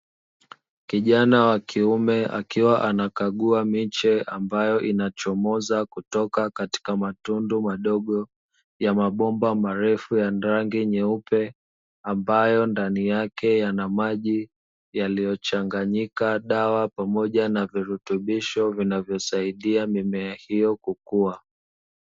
Kijana wa kiume akiwa anakagua miche ambayo inachomoza kutoka katika matundu madogo ya mabomba marefu ya rangi nyeupe, ambayo ndani yake yana maji yaliyochanganyika dawa pamoja na virutubisho vinavyosaidia mimea hiyo kukua.